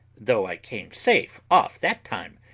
though i came safe off that time,